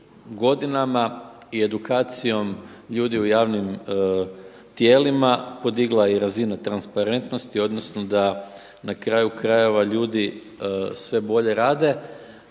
godinama i edukacijom ljudi u javnim tijelima podigla i razina transparentnosti, odnosno da na kraju krajeva ljudi sve bolje rade.